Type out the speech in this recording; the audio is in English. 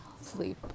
sleep